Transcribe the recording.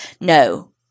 No